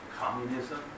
communism